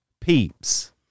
Peeps